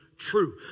true